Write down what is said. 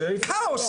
כאוס,